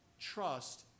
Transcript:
trust